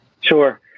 Sure